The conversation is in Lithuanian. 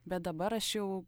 bet dabar aš jau